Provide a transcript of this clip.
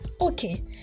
okay